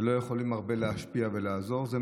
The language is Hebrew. ולא יכולים הרבה להשפיע ולעזור בו,